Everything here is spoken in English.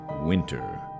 Winter